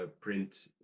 print